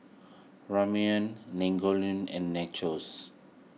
Ramyeon and Nachos